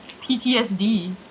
PTSD